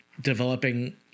developing